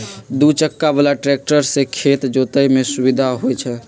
दू चक्का बला ट्रैक्टर से खेत जोतय में सुविधा होई छै